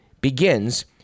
begins